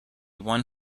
one